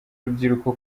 rubyiruko